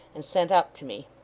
and sent up to me.